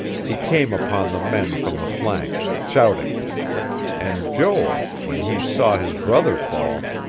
he came upon the men from the flank, shouting and joel, when he saw his brother fall,